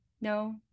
No